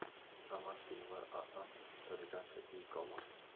सामान किंवार आसान तरिका छे ई कॉमर्स